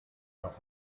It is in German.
nach